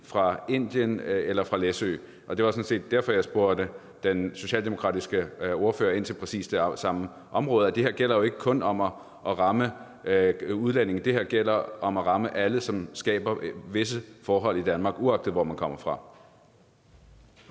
fra Indien eller fra Læsø. Og det var sådan set derfor, jeg spurgte den socialdemokratiske ordfører om præcis det samme område, altså at det her jo ikke kun gælder om at ramme udlændinge; det her gælder om at ramme alle, som skaber visse forhold i Danmark, uanset hvor man kommer fra.